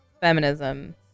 feminism